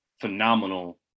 phenomenal